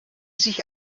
sich